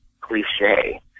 cliche